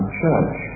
church